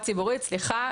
ציבורית,